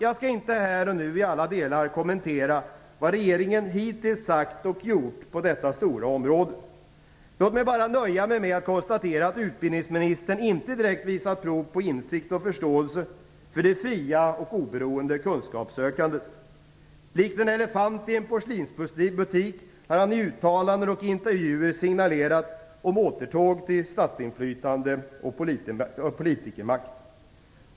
Jag tänkte här och nu i alla delar kommentera vad regeringen hittills sagt och gjort på detta stora område. Låt mig bara nöja mig med att konstatera att utbildningsministern inte direkt visat prov på insikt och förståelse för det fria och oberoende kunskapssökandet. Likt en elefant i en porslinsbutik har han i uttalanden och intervjuer signalerat om återtåg till statsinflytande och politikermarkt.